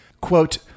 Quote